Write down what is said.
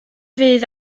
fydd